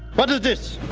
what is this?